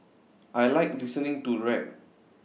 I Like listening to rap